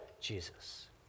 Jesus